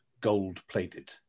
gold-plated